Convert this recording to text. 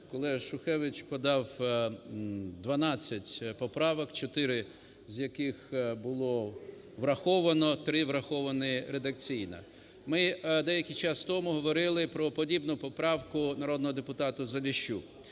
Колега Шухевич подав 12 поправок, 4 з яких було враховано, 3 враховані редакційно. Ми деякий час тому говорили про подібну поправку народного депутатаЗаліщук.